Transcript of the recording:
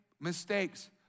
mistakes